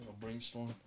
Brainstorm